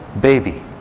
baby